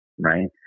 Right